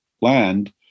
land